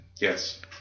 Yes